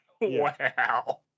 Wow